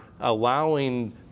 allowing